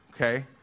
Okay